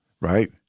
right